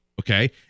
Okay